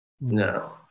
no